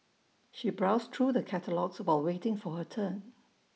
she browsed through the catalogues while waiting for her turn